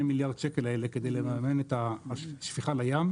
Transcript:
מיליארד שקל האלה כדי לרענן את השפיכה לים,